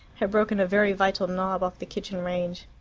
had broken a very vital knob off the kitchen-range.